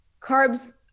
carbs